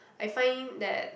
I find that